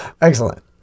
Excellent